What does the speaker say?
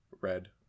Red